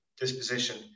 disposition